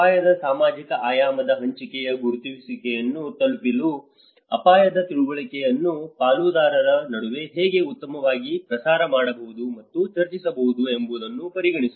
ಅಪಾಯದ ಸಾಮಾಜಿಕ ಆಯಾಮದ ಹಂಚಿಕೆಯ ಗುರುತಿಸುವಿಕೆಯನ್ನು ತಲುಪಲು ಅಪಾಯದ ತಿಳುವಳಿಕೆಯನ್ನು ಪಾಲುದಾರರ ನಡುವೆ ಹೇಗೆ ಉತ್ತಮವಾಗಿ ಪ್ರಸಾರ ಮಾಡಬಹುದು ಮತ್ತು ಚರ್ಚಿಸಬಹುದು ಎಂಬುದನ್ನು ಪರಿಗಣಿಸಲು